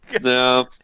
no